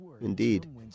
indeed